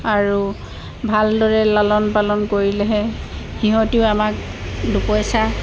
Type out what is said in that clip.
আৰু ভালদৰে লালন পালন কৰিলেহে সিহঁতেও আমাক দুপইচা